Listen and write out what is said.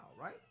right